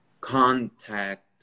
contact